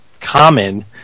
common